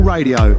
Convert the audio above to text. Radio